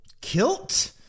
kilt